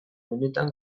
benetan